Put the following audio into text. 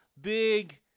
big